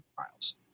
trials